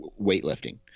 weightlifting